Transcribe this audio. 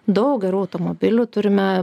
daug gerų automobilių turime